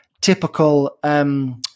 typical